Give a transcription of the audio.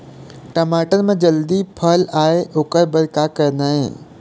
टमाटर म जल्दी फल आय ओकर बर का करना ये?